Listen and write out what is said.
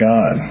God